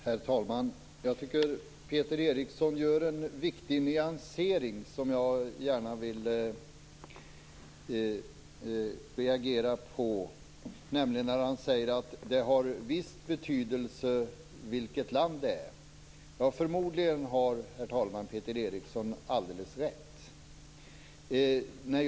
Herr talman! Jag tycker att Peter Eriksson gör en viktig nyansering som jag gärna vill reagera på. Han säger att det har viss betydelse vilket land det är. Förmodligen har Peter Eriksson alldeles rätt i det.